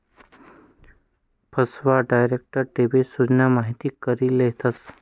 फसव्या, direct debit सूचना माहिती करी लेतस